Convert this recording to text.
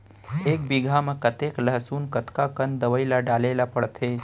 एक बीघा में कतेक लहसुन कतका कन दवई ल डाले ल पड़थे?